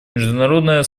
международное